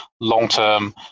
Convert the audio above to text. long-term